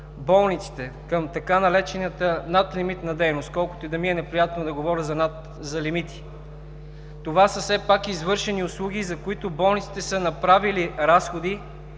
болниците, към така наречената надлимитна дейност, колкото и да ми е неприятно да говоря за лимити. Това са все пак извършени услуги, за които болниците са направили разходи,